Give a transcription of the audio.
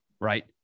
right